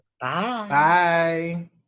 bye